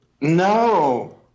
No